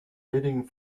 wenigen